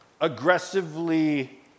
aggressively